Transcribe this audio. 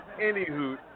anywho